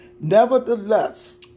Nevertheless